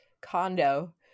condo